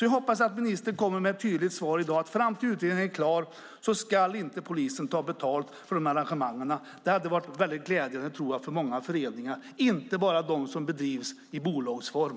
Jag hoppas att ministern kommer med ett tydligt svar i dag, nämligen att fram till dess utredningen är klar ska polisen inte ta betalt för arrangemangen. Det skulle vara glädjande för många föreningar, inte bara de som bedrivs i bolagsform.